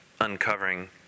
uncovering